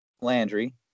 Landry